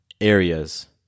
areas